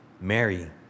Mary